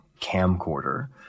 camcorder